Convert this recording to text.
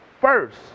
first